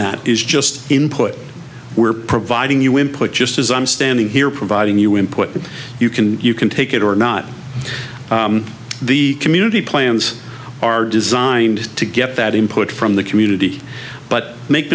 that is just input we're providing you input just as i'm standing here providing you input you can you can take it or not the community plans are designed to get that input from the community but make